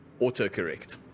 autocorrect